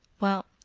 well,